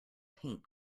paint